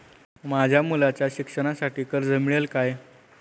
माझ्या मुलाच्या शिक्षणासाठी कर्ज मिळेल काय?